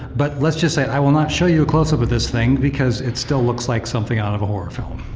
but let's just say i will not show you a close up of this thing, because it still looks like something out of a horror film.